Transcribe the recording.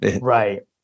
right